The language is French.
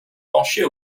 pencher